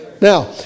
Now